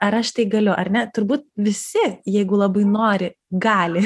ar aš tai galiu ar ne turbūt visi jeigu labai nori gali